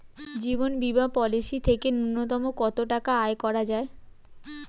জীবন বীমা পলিসি থেকে ন্যূনতম কত টাকা আয় করা যায়?